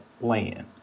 land